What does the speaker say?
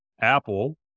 Apple